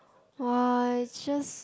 !wah! it's just